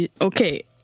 Okay